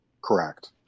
Correct